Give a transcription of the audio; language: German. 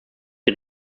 die